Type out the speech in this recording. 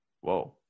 Whoa